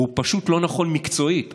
והוא פשוט לא נכון מקצועית.